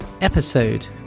episode